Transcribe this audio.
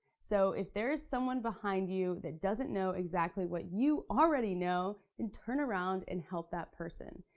so if there is someone behind you that doesn't know exactly what you already know, then turn around and help that person.